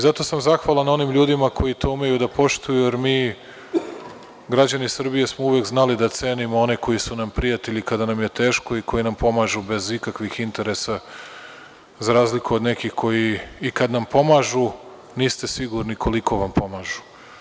Zato sam zahvalan onim ljudima koji to umeju da poštuju, jer mi, građani Srbije smo uvek znali da cenimo one koji su nam prijatelji kada nam je teško i koji nam pomažu bez ikakvih interesa, za razliku od nekih koji i kad nam pomažu niste sigurni koliko pomažu.